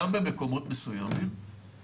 גם במקומות מסויימים